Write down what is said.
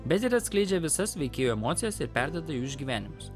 bet ir atskleidžia visas veikėjų emocijas ir perduoda jų išgyvenimus